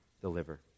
deliver